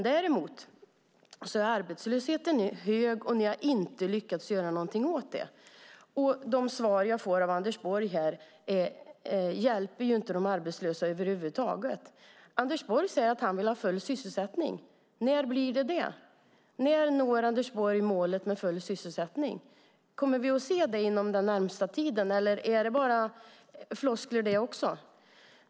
Däremot är arbetslösheten hög och ni har inte lyckats göra någonting åt det. De svar jag får av Anders Borg hjälper ju inte de arbetslösa över huvud taget. Anders Borg säger att han vill ha full sysselsättning. När blir det så? När når Anders Borg målet full sysselsättning? Kommer vi att få se det inom den närmaste tiden? Är det också floskler?